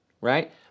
right